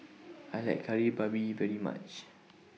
I like Kari Babi very much